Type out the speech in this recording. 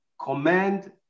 command